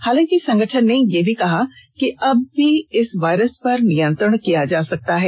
हालांकि संगठन ने यह भी कहा कि अब भी इस वायरस पर नियंत्रण किया जा सकता है